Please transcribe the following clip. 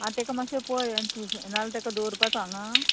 आं ताका मात्शें पळय ट्युशन नाल्या ताका दवरपाचो हांगा